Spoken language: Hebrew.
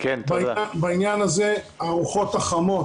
ניתוב כל אחת